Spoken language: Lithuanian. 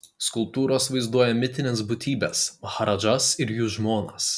skulptūros vaizduoja mitines būtybes maharadžas ir jų žmonas